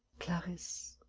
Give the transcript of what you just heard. clarisse.